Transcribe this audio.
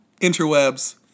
interwebs